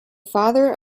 father